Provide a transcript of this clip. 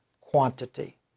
quantity